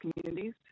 communities